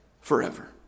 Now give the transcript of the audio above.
forever